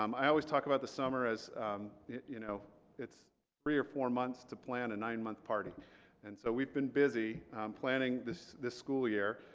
um i always talk about the summer as you know it's three or four months to plan a nine month party and so we've been busy planning this this school year.